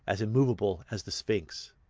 as immovable as the sphinx.